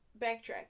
backtrack